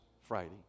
Friday